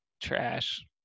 trash